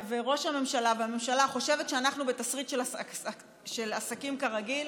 ראש הממשלה והממשלה חושבים שאנחנו בתסריט של עסקים כרגיל,